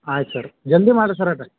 ಆಯ್ತು ಸರ್ರ ಜಲ್ದಿ ಮಾಡಿರಿ ಸರ್ ಅದು